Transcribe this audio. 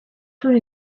soon